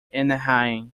anaheim